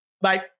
Bye